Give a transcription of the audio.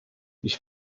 ich